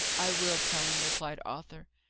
i will tell him, replied arthur.